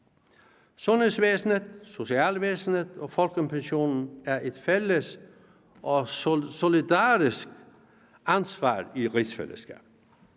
Sundhedsvæsenet, socialvæsenet og folkepensioner er et fælles og solidarisk ansvar i rigsfællesskabet.